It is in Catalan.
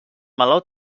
meló